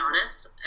honest